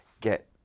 get